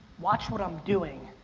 watch what i'm doing,